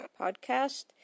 podcast